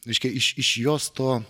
reiškia iš iš jos to